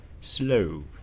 slow